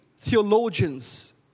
theologians